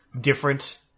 different